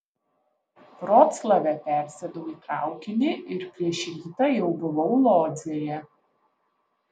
vroclave persėdau į traukinį ir prieš rytą jau buvau lodzėje